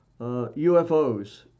UFOs